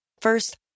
First